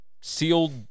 sealed